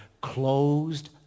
closed